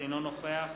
אינו נוכח